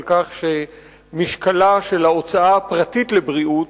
על כך שמשקלה של ההוצאה הפרטית לבריאות